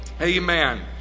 Amen